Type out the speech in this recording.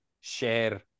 share